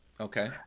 okay